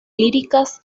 líricas